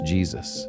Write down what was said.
Jesus